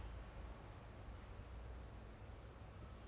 ya lor that's the thing lor so Saoko didn't know how to answer